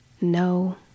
No